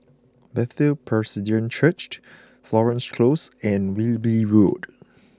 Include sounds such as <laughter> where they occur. Bethel Presbyterian Church <hesitation> Florence Close and Wilby Road